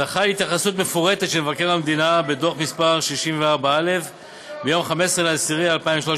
זכה להתייחסות מפורטת של מבקר המדינה בדוח מס' 64א מיום 15 באוקטובר